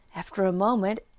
after a moment,